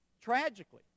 Tragically